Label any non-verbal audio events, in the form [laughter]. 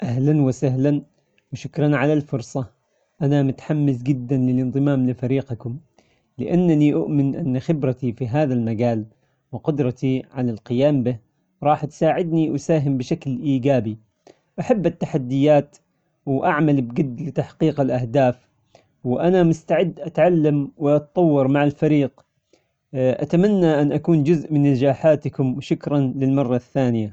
أهلا وسهلا وشكرا على الفرصة. أنا متحمس جدا للإنضمام لفريقكم. لأنني أؤمن أن خبرتي في هذا المجال وقدرتي على القيام به. راح تساعدني أساهم بشكل إيجابي. أحب التحديات وأعمل بجد لتحقيق الأهداف ، وأنا مستعد أتعلم وأتطور مع الفريق. [hesitation] أتمنى أن أكون جزء من نجاحاتكم وشكرا للمرة الثانية.